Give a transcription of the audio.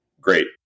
great